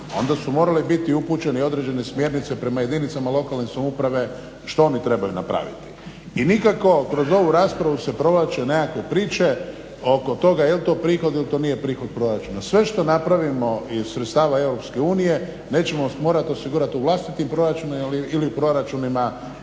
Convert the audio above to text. onda su morali biti upućene i određene smjernice prema jedinicama lokalne samouprave što oni trebaju napraviti. I nikako kroz ovu raspravu se provlače nekakve priče oko toga je li to prihod ili to nije prihod proračuna. Sve što napravimo iz sredstava EU nećemo morati osigurati u vlastitim proračunima ili u proračunima